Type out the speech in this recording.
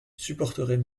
supporterait